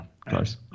close